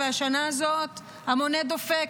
והשנה הזאת המונה דופק,